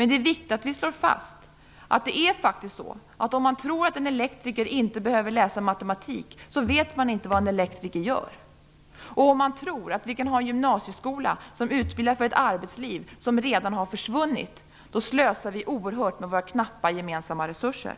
Det är viktigt att slå fast att man, om man tror att en elektriker inte behöver läsa matematik, faktiskt inte vet vad en elektriker gör. Och om man tror att vi kan ha en gymnasieskola som utbildar för ett arbetsliv som redan har försvunnit, slösar man oerhört med våra knappa gemensamma resurser.